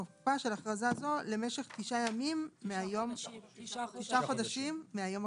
(ב) תוקפה של אכרזה זאת למשך 9 חודשים מהיום הקובע.